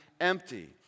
empty